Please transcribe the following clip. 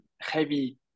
heavy